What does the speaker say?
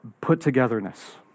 put-togetherness